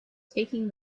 taking